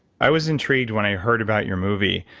i was intrigued when i heard about your movie,